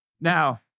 Now